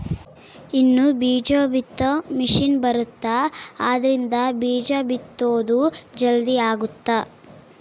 ಇನ್ನ ಬೀಜ ಬಿತ್ತೊ ಮಿಸೆನ್ ಬರುತ್ತ ಆದ್ರಿಂದ ಬೀಜ ಬಿತ್ತೊದು ಜಲ್ದೀ ಅಗುತ್ತ